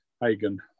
Hagen